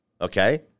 okay